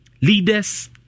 Leaders